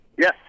Yes